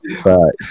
facts